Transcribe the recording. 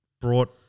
brought